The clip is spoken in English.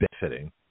benefiting